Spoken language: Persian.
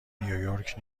نیویورک